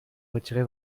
retirez